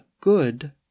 good